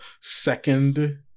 second